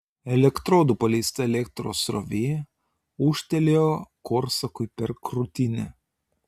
elektrodų paleista elektros srovė ūžtelėjo korsakui per krūtinę